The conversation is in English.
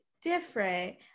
different